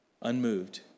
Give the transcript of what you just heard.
Unmoved